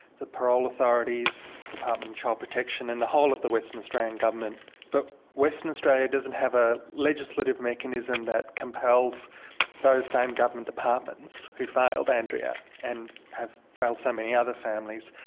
the parole authorities, department for child protection and the whole of the western australian government. but western australia doesn't have a legislative mechanism that compels those same government departments who failed andrea, and have failed so many other families,